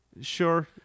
sure